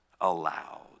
aloud